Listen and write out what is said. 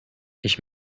ich